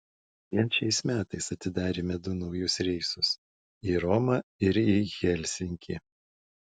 vien šiais metais atidarėme du naujus reisus į romą ir į helsinkį